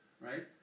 Right